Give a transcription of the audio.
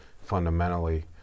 fundamentally